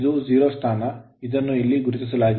ಇದು 0 ಸ್ಥಾನ ಇದನ್ನು ಇಲ್ಲಿ ಗುರುತಿಸಲಾಗಿಲ್ಲ